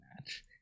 match